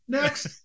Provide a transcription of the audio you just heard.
next